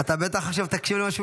--- אתה בטח עכשיו תקשיב למה שהוא